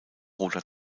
roter